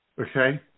Okay